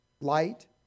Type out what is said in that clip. Light